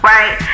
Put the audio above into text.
Right